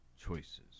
choices